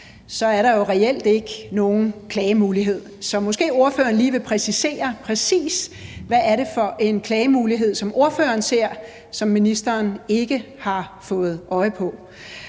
er der jo reelt ikke nogen klagemuligheder. Så måske vil ordføreren lige præcisere, præcis hvad det er for en klagemulighed, som ordføreren ser, som ministeren ikke har fået øje på.